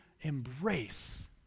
embrace